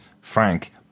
frank